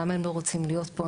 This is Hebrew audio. למה הם לא רוצים להיות פה?